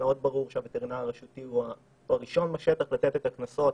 מאוד ברור שהווטרינר הרשותי הוא הראשון בשטח לתת את הקנסות,